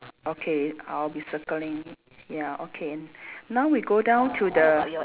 okay I'll be circling ya okay now we go down to the